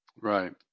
Right